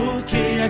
okay